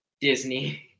Disney